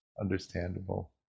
understandable